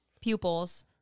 pupils